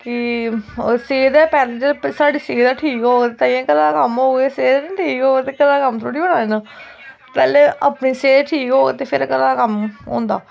कि सेह्ते गै पैह्लें साढ़ी सेह्त गै ठीक होग ताइयें घरै दा कम्म होग अगर सेह्त ठीक नी होग ते घरै दा कम्म थोड़ी होना इ'यां पैह्लें सेह्त ठीक होग ते घरै दा कम्म होंदा